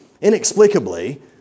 inexplicably